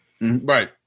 Right